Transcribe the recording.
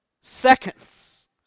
seconds